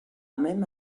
même